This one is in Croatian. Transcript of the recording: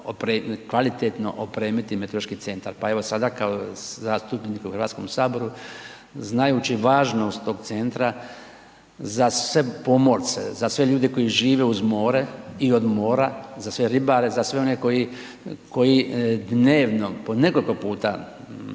kvalitetno opremiti meteorološki centar. Pa evo sada kao zastupnik u Hrvatskom saboru znajući važnost tog centra za sve pomorce, za sve ljude koji žive uz more i od mora, za sve ribare, za sve one koji dnevno po nekoliko puta